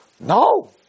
No